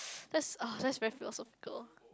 that's ah that's very philosophical